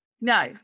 No